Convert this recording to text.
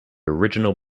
original